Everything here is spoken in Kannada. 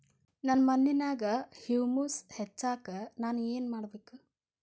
ನನ್ನ ಮಣ್ಣಿನ್ಯಾಗ್ ಹುಮ್ಯೂಸ್ ಹೆಚ್ಚಾಕ್ ನಾನ್ ಏನು ಮಾಡ್ಬೇಕ್?